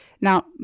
Now